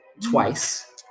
twice